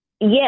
Yes